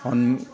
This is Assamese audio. অন